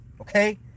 okay